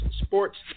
sports